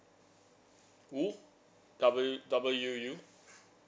wuu W W U U